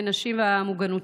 אדוני